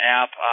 app